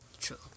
True